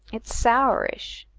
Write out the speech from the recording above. it's sourish.